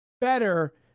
better